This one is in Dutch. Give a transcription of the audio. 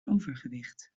overgewicht